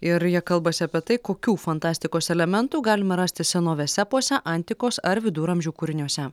ir jie kalbasi apie tai kokių fantastikos elementų galima rasti senovės epuose antikos ar viduramžių kūriniuose